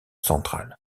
centrale